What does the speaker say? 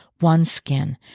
OneSkin